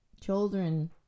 Children